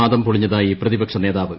വാദം പൊളിഞ്ഞതായി പ്രതിപക്ഷ നേതാവ്